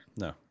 no